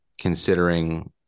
considering